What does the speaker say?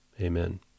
Amen